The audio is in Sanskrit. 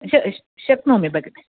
श शक्नोमि भगिनी